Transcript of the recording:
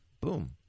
boom